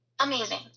Amazing